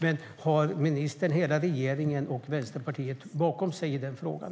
Men har ministern hela regeringen och Vänsterpartiet bakom sig i den frågan?